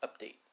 update